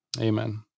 Amen